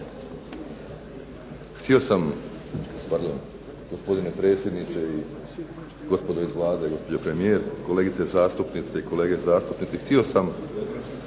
Htio sam, pardon gospodine predsjedniče i gospodo iz Vlade, gospođo premijerko, kolegice zastupnice i kolege zastupnici, htio sam